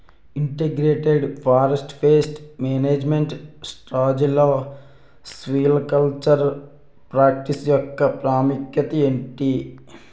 Integrated forest pest management స్ట్రాటజీలో silvicultural practice యెక్క ప్రాముఖ్యత ఏమిటి??